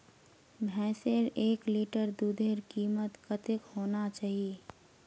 भैंसेर एक लीटर दूधेर कीमत कतेक होना चही?